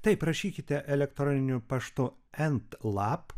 taip rašykite elektroniniu paštu entlap